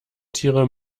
tiere